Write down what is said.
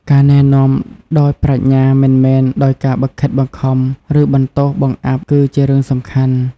ការណែនាំដោយប្រាជ្ញា មិនមែនដោយការបង្ខិតបង្ខំ ឬបន្ទោសបង្អាប់ គឺជារឿងសំខាន់។